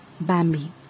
Bambi